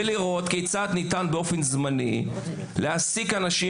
ולראות כיצד ניתן באופן זמני להעסיק אנשים